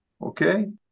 Okay